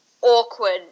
awkward